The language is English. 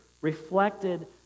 reflected